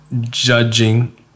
judging